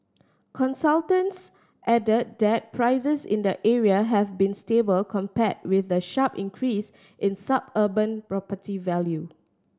consultants added that prices in the area have been stable compared with the sharp increase in suburban property value